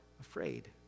afraid